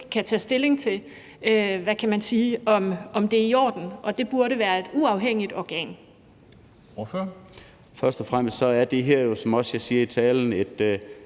kan tage stilling til, om det er i orden, og det burde være et uafhængigt organ.